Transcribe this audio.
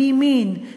מימין,